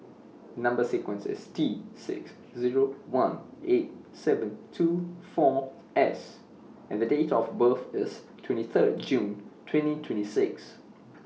Number sequence IS T six Zero one eight seven two four S and The Date of birth IS twenty Third June twenty twenty six